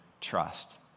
trust